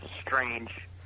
strange